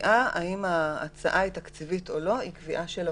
הקביעה האם ההצעה היא תקציבית או לא היא קביעה של הוועדה.